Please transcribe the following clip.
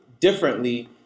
differently